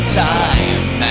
time